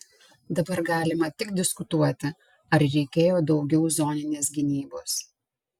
dabar galima tik diskutuoti ar reikėjo daugiau zoninės gynybos